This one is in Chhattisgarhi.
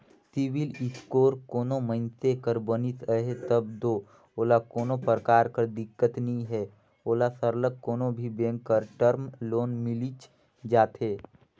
सिविल इस्कोर कोनो मइनसे कर बनिस अहे तब दो ओला कोनो परकार कर दिक्कत नी हे ओला सरलग कोनो भी बेंक कर टर्म लोन मिलिच जाथे